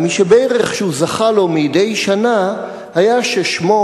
ה"מי שבירך" שהוא זכה לו מדי שנה היה ששמו